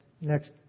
next